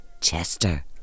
Chester